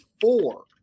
four